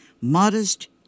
Modest